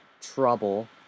trouble